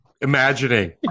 imagining